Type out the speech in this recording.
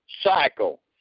cycle